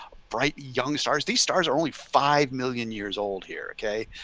bright young stars. these stars, only five million years old here. ok,